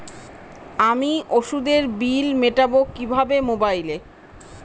আমি ওষুধের বিল মেটাব কিভাবে মোবাইলে?